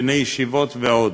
בני ישיבות ועוד.